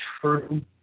true